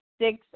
six